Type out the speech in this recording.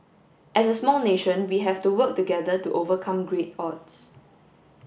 as a small nation we have to work together to overcome great odds